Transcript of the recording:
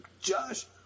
Josh